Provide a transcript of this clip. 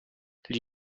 gli